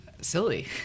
silly